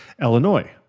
Illinois